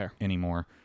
anymore